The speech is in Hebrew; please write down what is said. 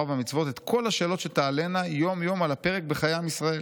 והמצוות את כל השאלות שתעלינה יום-יום על הפרק בחיי עם ישראל'.